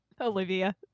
Olivia